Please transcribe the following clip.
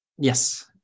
Yes